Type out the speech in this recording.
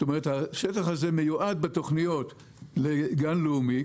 השטח הזה מיועד בתוכניות לגן לאומי,